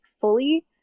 fully